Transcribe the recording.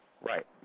Right